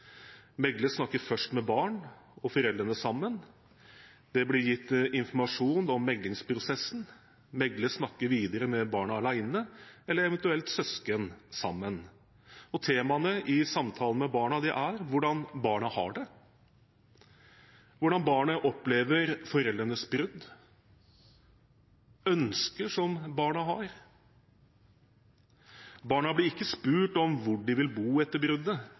snakker først med barn og foreldrene sammen, det blir gitt informasjon om meklingsprosessen, mekler snakker videre med barna alene, eller eventuelt søsken sammen. Temaene i samtalene med barna er hvordan barna har det, hvordan barna opplever foreldrenes brudd, ønsker som barna har. Barna blir ikke spurt om hvor de vil bo etter bruddet,